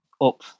up